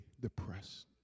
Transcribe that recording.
depressed